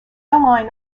airline